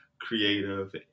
creative